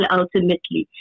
ultimately